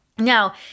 Now